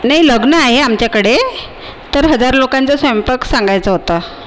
नाही लग्न आहे आमच्याकडे तर हजार लोकांचा स्वैंपाक सांगायचा होता